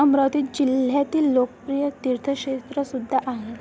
अमरावती जिल्ह्यातील लोकप्रिय तीर्थक्षेत्रसुद्धा आहे